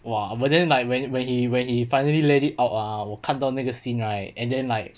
!wah! but then like when when he when he finally let it out ah 我看到那个 scene right and then like